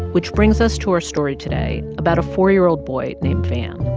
which brings us to our story today about a four year old boy named van.